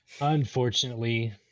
unfortunately